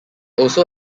also